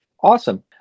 Awesome